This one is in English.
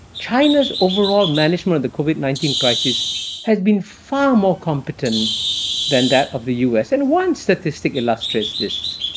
china's overall management of the covid nineteen crisis has been far more competent than that of the u. s. and one statistic illustrates this,